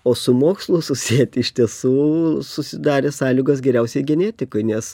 o su mokslu susieti iš tiesų susidarė sąlygos geriausiai genetikoj nes